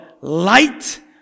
light